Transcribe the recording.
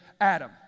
Adam